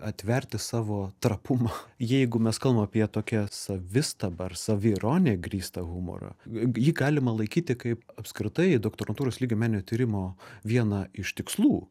atverti savo trapumą jeigu mes kalbam apie tokią savistabą ar saviironija grįstą humorą jį galima laikyti kaip apskritai doktorantūros lygio meninio tyrimo viena iš tikslų